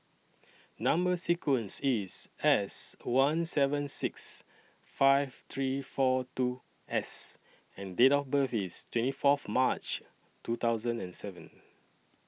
Number sequence IS S one seven six five three four two S and Date of birth IS twenty Fourth March two thousand and seven